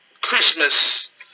Christmas